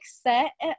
set